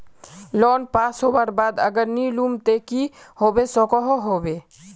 Loan पास होबार बाद अगर नी लुम ते की होबे सकोहो होबे?